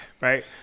Right